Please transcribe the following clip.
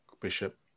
bishop